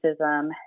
racism